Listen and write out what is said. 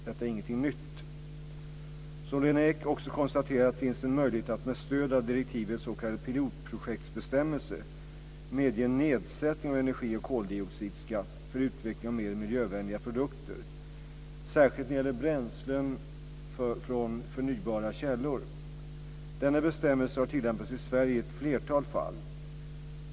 Detta är ingenting nytt. Som Lena Ek också konstaterat finns en möjlighet att med stöd av direktivets s.k. pilotprojektsbestämmelse medge nedsättning av energi och koldioxidskatt för utveckling av mer miljövänliga produkter, särskilt när det gäller bränslen från förnybara källor. Denna bestämmelse har tillämpats i Sverige i ett flertal fall.